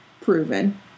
proven